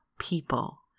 people